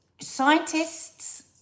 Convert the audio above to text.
scientists